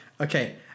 Okay